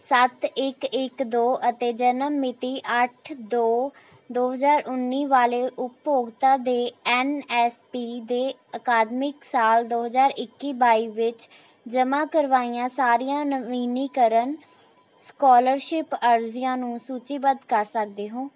ਸੱਤ ਇੱਕ ਇੱਕ ਦੋ ਅਤੇ ਜਨਮ ਮਿਤੀ ਅੱਠ ਦੋ ਦੋ ਹਜ਼ਾਰ ਉੱਨੀ ਵਾਲੇ ਉਪਭੋਗਤਾ ਦੇ ਐੱਨ ਐਸ ਪੀ ਦੇ ਅਕਾਦਮਿਕ ਸਾਲ ਦੋ ਹਜ਼ਾਰ ਇੱਕੀ ਬਾਈ ਵਿੱਚ ਜਮ੍ਹਾਂ ਕਰਵਾਈਆਂ ਸਾਰੀਆਂ ਨਵੀਨੀਕਰਨ ਸਕੋਲਰਸ਼ਿਪ ਅਰਜ਼ੀਆਂ ਨੂੰ ਸੂਚੀਬੱਧ ਕਰ ਸਕਦੇ ਹੋ